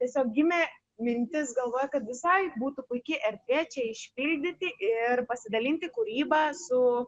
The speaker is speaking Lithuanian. tiesiog gimė mintis galvoje kad visai būtų puiki erdvė čia išpildyti ir pasidalinti kūryba su